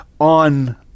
on